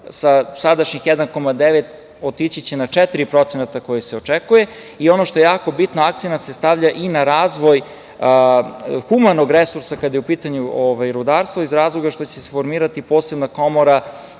sa sadašnjih 1,9 otići će na 4%, koliko se očekuje. Ono što je jako bitno, akcenat se stavlja i na razvoj humanog resursa kada je u pitanju rudarstvo, iz razloga što će se formirati posebna komora